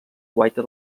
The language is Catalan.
guaita